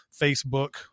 Facebook